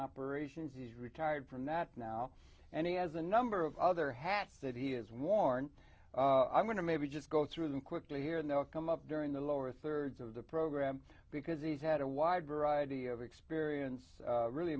operations he's retired from that now and he has a number of other hats that he has worn i'm going to maybe just go through them quickly here and they'll come up during the lower thirds of the program because he's had a wide variety of experience really